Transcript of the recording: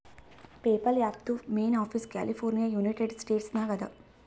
PayPal ಆ್ಯಪ್ದು main office California United States ನಾಗ್ ಅದಾ